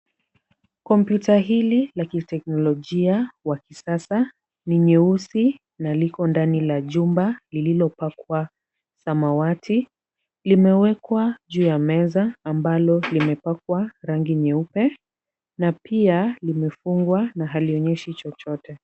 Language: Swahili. Kompyuta hili la kiteknolojia wa kisasa, ni nyeusi na liko ndani ya jumba lililopakwa samawati. Limewekwa juu ya meza ambalo limepakwa rangi nyeupe na pia limefungwa na halionyeshi chochote.